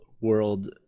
world